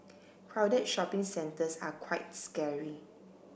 crowded shopping centres are quite scary